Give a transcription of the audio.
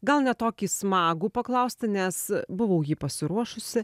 gal ne tokį smagų paklausti nes buvau jį pasiruošusi